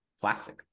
plastic